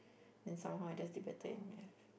then somehow I just did better in Math